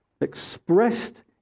expressed